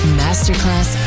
masterclass